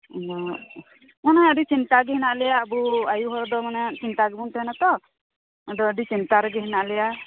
ᱟᱫᱚ ᱮᱱᱦᱚᱸ ᱹᱪᱤᱱᱛᱟᱜᱮ ᱦᱮᱱᱟᱜ ᱞᱮᱭᱟ ᱟᱵᱚ ᱟᱭᱩ ᱦᱚᱲ ᱫᱚ ᱢᱟᱱᱮ ᱪᱤᱱᱛᱟ ᱜᱮᱵᱚᱱ ᱛᱟᱦᱮᱸᱱᱟ ᱛᱚ ᱟᱫᱚ ᱟᱹᱰᱤ ᱪᱤᱱᱛᱟ ᱨᱮᱜᱮ ᱦᱮᱱᱟᱜ ᱞᱮᱭᱟ